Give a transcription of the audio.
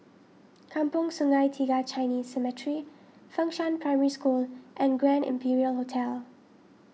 Kampong Sungai Tiga Chinese Cemetery Fengshan Primary School and Grand Imperial Hotel